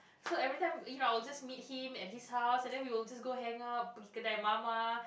so everytime you know we just meet him at his house and then we will just go hangout kedai mama